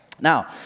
Now